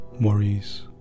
worries